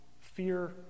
fear